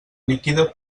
líquida